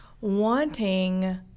wanting